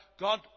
God